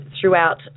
throughout